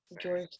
George